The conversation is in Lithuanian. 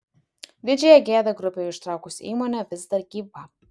didžiąją gėdą grupei užtraukusi įmonė vis dar gyva